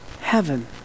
heaven